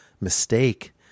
mistake